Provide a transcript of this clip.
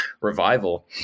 revival